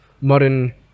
modern